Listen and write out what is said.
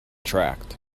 tracked